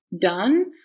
done